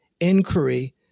inquiry